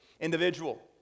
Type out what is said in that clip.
individual